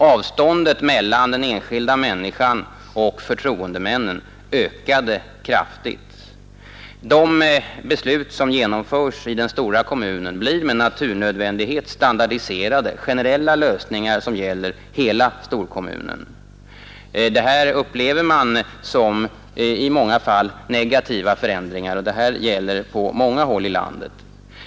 Avståndet mellan den enskilda människan och förtroendemännen ökade kraftigt. De beslut som genomförs i den stora kommunen blir med naturnödvändighet standardiserade, de blir generella lösningar som gäller hela storkommunen. Detta upplever man som i många fall negativa förändringar, och det gäller på många håll i landet.